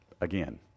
again